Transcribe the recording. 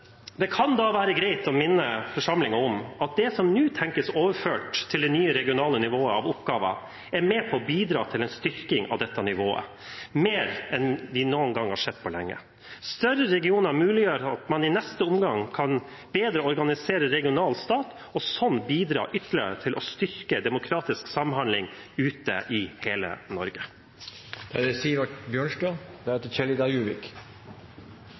Det kan da være greit å minne forsamlingen om at det som nå tenkes overført til det nye regionale nivået av oppgaver, er med på å bidra til en styrking av dette nivået, mer enn vi har sett på lenge. Større regioner muliggjør at man i neste omgang bedre kan organisere en regional stat og sånn bidra ytterligere til å styrke demokratisk samhandling ute i hele Norge. Kommunereformen er